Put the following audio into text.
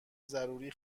ضروری